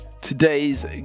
today's